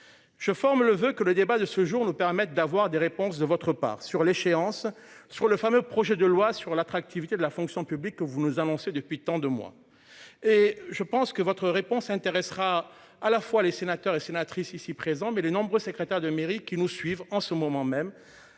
Je forme le voeu que le débat de ce jour ne permettent d'avoir des réponses de votre part sur l'échéance sur le fameux projet de loi sur l'attractivité de la fonction publique que vous nous annoncez depuis tant de mois et je pense que votre réponse intéressera à la fois les sénateurs et sénatrices ici présents, mais les nombreux secrétaire de mairie qui nous suivent en ce moment même.